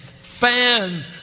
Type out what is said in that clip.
fan